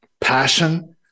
passion